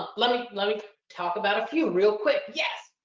ah let me like talk about a few real quick. yes,